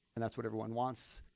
and that's what everyone wants.